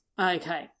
okay